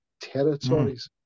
territories